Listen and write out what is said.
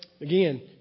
Again